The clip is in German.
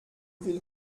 will